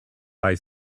bei